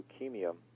leukemia